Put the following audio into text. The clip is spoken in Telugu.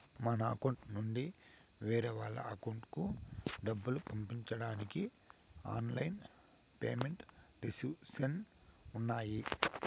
మన అకౌంట్ నుండి వేరే వాళ్ళ అకౌంట్ కూడా డబ్బులు పంపించడానికి ఆన్ లైన్ పేమెంట్ సర్వీసెస్ ఉన్నాయి